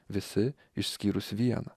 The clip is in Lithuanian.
visi išskyrus vieną